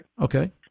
Okay